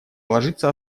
ложится